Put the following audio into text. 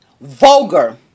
vulgar